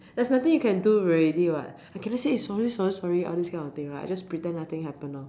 there's nothing you can do already what I cannot say eh sorry sorry sorry all this kind of thing right I just pretend nothing happen lor